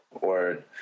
Word